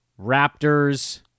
Raptors